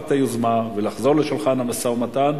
את היוזמה ולחזור לשולחן המשא-ומתן,